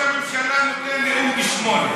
הממשלה נותן נאום ב-20:00.